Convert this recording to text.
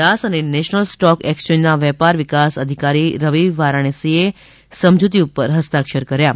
દાસ અને national stock એક્સચેંજના વેપાર વિકાસ અધિકારી રવિ વારાણસીએ સમજુતી ઉપર હસ્તાક્ષર કર્યા હતા